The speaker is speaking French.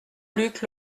luc